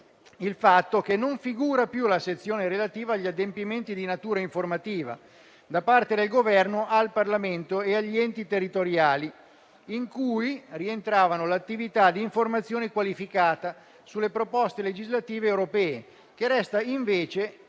il fatto che non figura più la sezione relativa agli adempimenti di natura informativa da parte del Governo al Parlamento e agli enti territoriali, in cui rientrava l'attività di informazione qualificata sulle proposte legislative europee, che resta invece